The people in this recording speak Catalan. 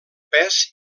pes